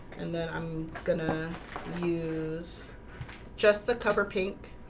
and then i'm gonna use just the cover pink